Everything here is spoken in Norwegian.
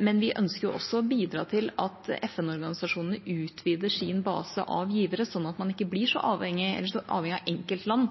Men vi ønsker også å bidra til at FN-organisasjonene utvider sin base av givere, slik at man ikke blir så avhengig av enkeltland,